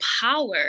power